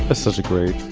ah such a great